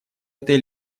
этой